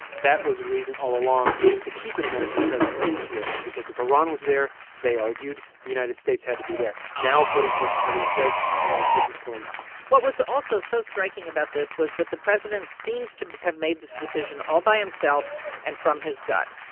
that was the reason all along to keep an american presence in syria because if iran was there, they argued, the united states had to be there. now, according to what the president says, the united states is pulling out what was also so striking about this was that the president seems to have made this decision all by himself and from his gut.